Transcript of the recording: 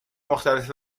مختلفی